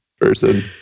person